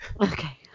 okay